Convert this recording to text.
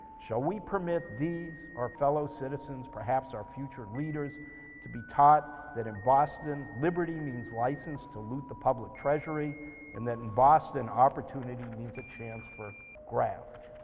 shall we permit these our fellow citizens, perhaps our future leaders to be taught that in boston liberty means license to loot the public treasury and that in boston opportunity means a chance for grab?